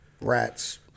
Rats